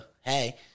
Hey